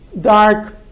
dark